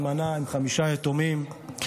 אלמנה עם חמישה יתומים.